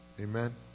Amen